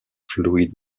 fluid